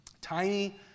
Tiny